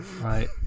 Right